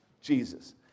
Jesus